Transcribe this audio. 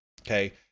okay